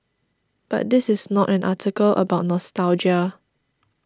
but this is not an article about nostalgia